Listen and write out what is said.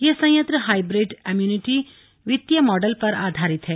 यह संयंत्र hybrid annuity वित्तीय मॉडल पर आधारित है